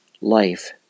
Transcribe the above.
life